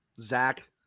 zach